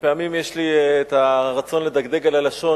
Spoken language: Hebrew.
ופעמים יש לי הרצון לדגדג על הלשון,